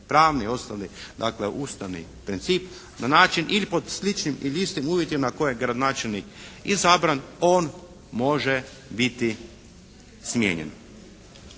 pravni osnovni, dakle ustavni princip na način ili pod sličnim ili istim uvjetima koje je gradonačelnik izabran, on može biti smijenjen.